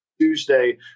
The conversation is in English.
Tuesday